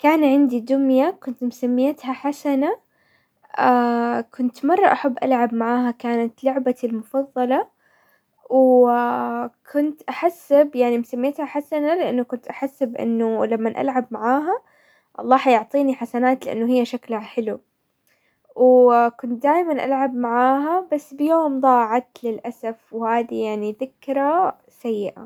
كان عندي دمية كنت مسميتها حسنة، كنت مرة احب العب معاها كانت لعبتي المفضلة، و كنت احسب يعني مسميتها حسنة لانه كنت احسب انه لمن العب معاها الله حيعطيني حسنات، لانه هي شكلها حلو، وكنت دايما العب معاها بس بيوم ضاعت للاسف، وهدي يعني ذكرى سيئة.